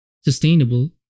sustainable